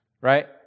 Right